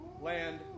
land